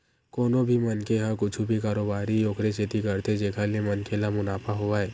कोनो भी मनखे ह कुछु भी कारोबारी ओखरे सेती करथे जेखर ले मनखे ल मुनाफा होवय